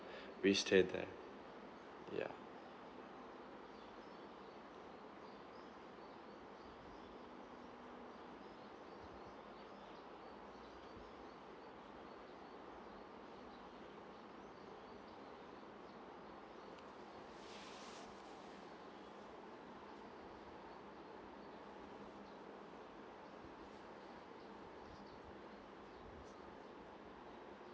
we stayed there yeah